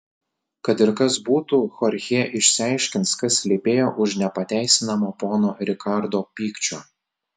kad ir kas būtų chorchė išsiaiškins kas slypėjo už nepateisinamo pono rikardo pykčio